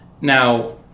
Now